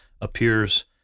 appears